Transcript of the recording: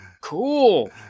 cool